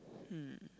hmm